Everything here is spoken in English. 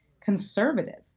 conservative